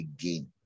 again